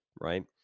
right